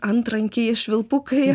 antrankiai švilpukai